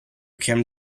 kim